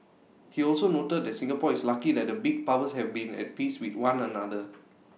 he also noted that Singapore is lucky that the big powers have been at peace with one another